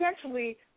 essentially